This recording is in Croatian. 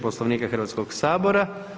Poslovnika Hrvatskog sabora.